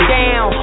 down